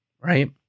right